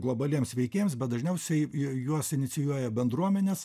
globaliems veikėjams bet dažniausiai juos inicijuoja bendruomenės